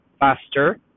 Faster